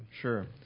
Sure